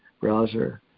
browser